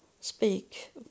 speak